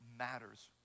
Matters